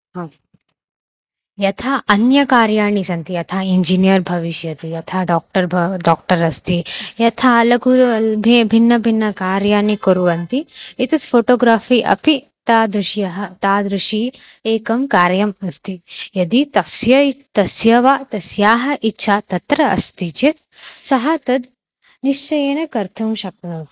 हा यथा अन्यकार्याणि सन्ति यथा इञ्जिनियर् भविष्यति यथा डोक्टर् भा डोक्टर् अस्ति यथा लघु लाल्भे भिन्नभिन्नकार्याणि कुर्वन्ति एतत् फ़ोटोग्राफ़ि अपि तादृश्यः तादृशी एकं कार्यम् अस्ति यदि तस्य तस्य वा तस्याः इच्छा तत्र अस्ति चेत् सः तद् निश्चयेन कर्तुं शक्नोति